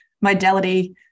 modality